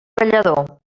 ballador